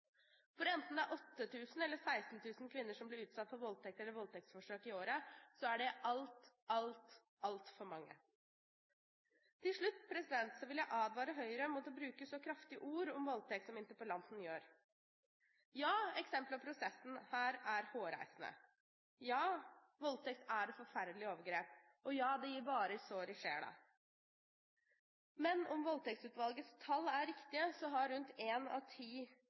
For enten det er 8 000 eller 16 000 kvinner som blir utsatt for voldtekt eller voldtektsforsøk i året, er det alt, alt, altfor mange! Til slutt vil jeg advare Høyre mot å bruke så kraftige ord om voldtekt som interpellanten gjør. Ja, eksempelet og prosessen her er hårreisende. Ja, voldtekt er et forferdelig overgrep. Ja, det gir varige sår i sjelen. Men om Voldtektsutvalgets tall er riktige, har rundt en av ti